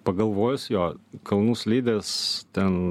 pagalvojus jo kalnų slidės ten